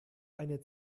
eine